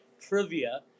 trivia